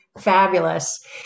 fabulous